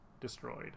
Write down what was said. destroyed